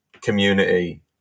community